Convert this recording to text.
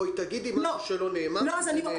תגידי משהו שלא נאמר כי זה נאמר כמה פעמים.